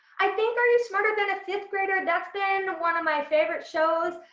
i think are you smarter than a fifth grader. and that's been one of my favorite shows.